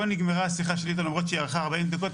פה נגמרה השיחה שלי אתו ולמרות שהיא ארכה 40 דקות,